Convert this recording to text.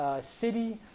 city